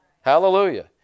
Hallelujah